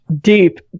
deep